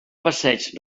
passeig